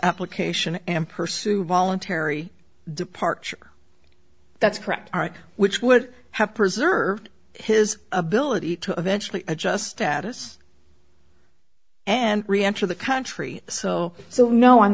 application and pursue voluntary departure that's correct which would have preserved his ability to eventually adjust status and reenter the country so so no i'm